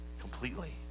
completely